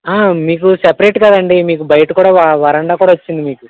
మీకు సపరేట్ కదండి మీకు బయట కూడా వా వరండా కూడా వచ్చింది మీకు